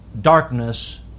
darkness